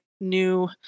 new